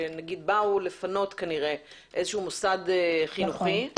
שבאו לפנות כנראה מוסד חינוכי,